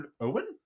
Owen